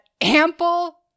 ample